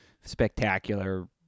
spectacular